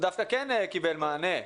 דווקא נושא הנרמול כן קיבל מענה,